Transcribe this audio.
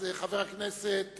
אז חבר הכנסת